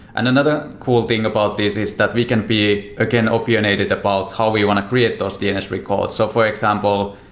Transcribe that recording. and another cool thing about this is that we can be, again, opinionated about how we want to create those dns records. so for example,